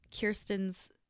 kirsten's